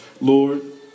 Lord